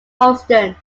houston